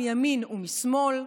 מימין ומשמאל,